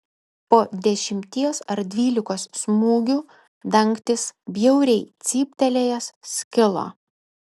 po dešimties ar dvylikos smūgių dangtis bjauriai cyptelėjęs skilo